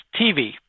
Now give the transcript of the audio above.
tv